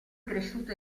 cresciuto